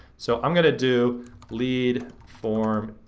so i'm gonna do lead form